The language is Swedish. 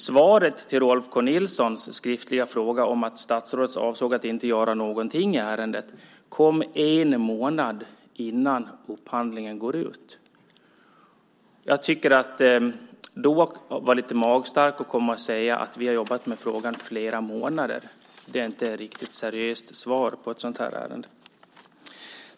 Svaret på Rolf K Nilssons skriftliga fråga om att statsrådet inte avsåg att göra någonting i ärendet kom en månad innan upphandlingen går ut. Jag tycker att det då är lite magstarkt att komma och säga att man har jobbat med frågan i flera månader. Det är inte ett riktigt seriöst svar i ett sådant här ärende.